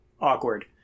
awkward